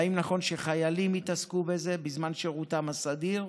והאם נכון שחיילים יתעסקו בזה בזמן שירותם הסדיר.